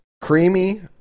Creamy